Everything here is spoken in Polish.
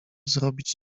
zrobić